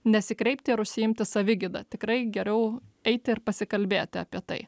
nesikreipti ir užsiimti savigyda tikrai geriau eiti ir pasikalbėti apie tai